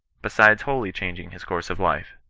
besides wholly changing his course of life.